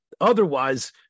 otherwise